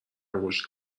انگشت